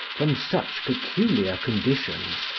from such peculiar conditions,